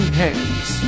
hands